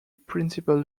principal